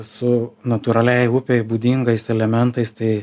su natūraliai upei būdingais elementais tai